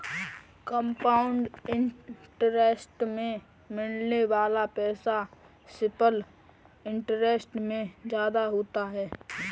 compound interest में मिलने वाला पैसा सिंपल इंटरेस्ट से ज्यादा होता है